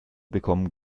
bekommen